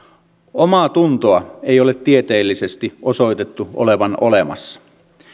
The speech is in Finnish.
omaatuntoa ei ole tieteellisesti osoitettu olevan olemassa